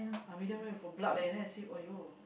!wah! medium rare got blood leh then I see !aiyo!